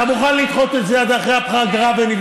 אתה מוכן לדחות את זה עד אחרי הפגרה ונבדוק?